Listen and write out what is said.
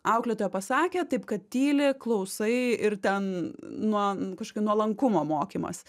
auklėtoja pasakė taip kad tyli klausai ir ten nuo kažkokio nuolankumo mokymas